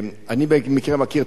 אני במקרה מכיר את החוף הזה.